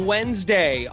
Wednesday